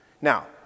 Now